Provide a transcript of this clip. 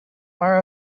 are